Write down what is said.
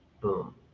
boom